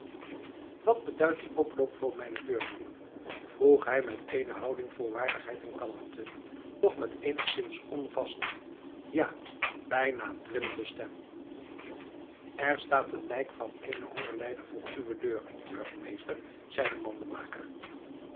wat beduidt die oploop voor mijne deur mannen vroeg hij met eene houding vol waardigheid en kalmte doch met eenigszins onvaste ja bijna trillende stem er staat een lijk van eenen hongerlijder voor uwe deur burgemeester zeide